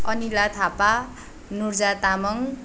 Anila Thapa Nurja Tamang